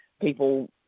people